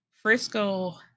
Frisco